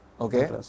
okay